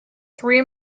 three